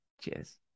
Cheers